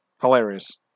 hilarious